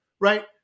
right